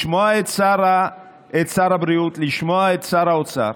לשמוע את שר הבריאות, לשמוע את שר האוצר,